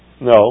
No